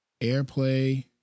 airplay